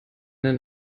den